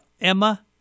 Emma